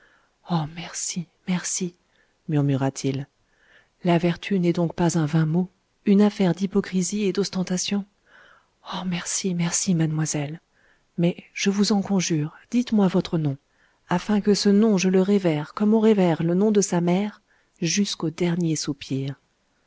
oh merci merci murmura-t-il la vertu n'est donc pas un vain mot une affaire d'hypocrisie et d'ostentation oh merci merci mademoiselle mais je vous en conjure dites-moi votre nom afin que ce nom je le révère comme on révère le nom de sa mère jusqu'au dernier soupir